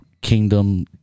Kingdom